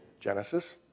Genesis